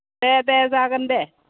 दे दे जागोन दे